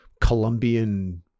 Colombian